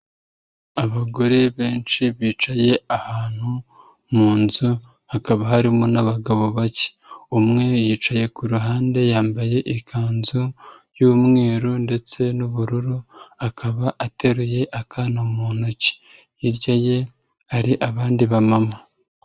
Abagore benshi bicaye ahantu mu nzu, hakaba harimo n'abagabo bake. Umwe yicaye ku ruhande yambaye ikanzu y'umweru ndetse n'ubururu, akaba ateruye akana mu ntoki. Hirya ye hari abandi bamama.